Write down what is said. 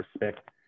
respect